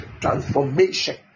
transformation